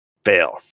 fail